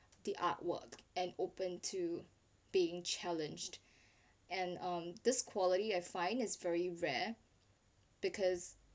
the artwork and opened to being challenged and on this quality I find is very rare because